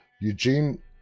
Eugene